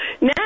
now